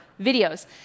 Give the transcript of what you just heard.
videos